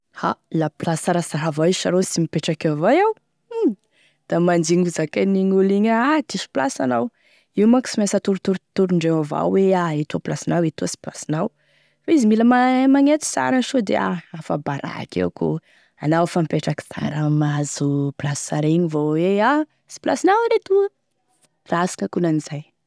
A la plasy tsaratsara avao sa ro sy mipetraky eo avao iaho, da mandigny ho zakain'igny olo igny hoe diso plasy anao, io manko sy mainsy atorotorondreo avao e etoa plasinao etoa sy plasinao, fa izy mila magnety sara sode a afabaraka eo koa anao efa mipetraky sara mahazo plasy sara igny vo hoe a plasinao gn'etoa, rasy gn'akonan'izay.